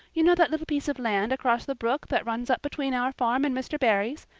you know that little piece of land across the brook that runs up between our farm and mr. barry's.